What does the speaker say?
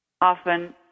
often